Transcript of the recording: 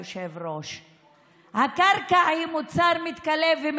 ויושב-ראש הכנסת סותם לי את הפה.